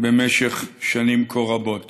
במשך שנים כה רבות.